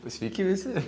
sveiki visi